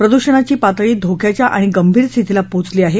प्रद्षणाची पातळी धोक्याच्या आणि गंभीर स्थितीला पोचली आहे